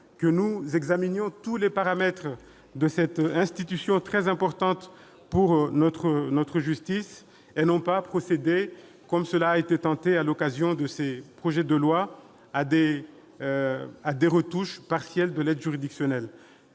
nous faut examiner tous les paramètres de cette institution très importante pour notre justice, et non pas procéder, comme cela a été tenté à l'occasion de ces projets de loi, à des retouches partielles. L'aide juridictionnelle